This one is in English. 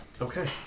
Okay